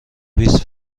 بیست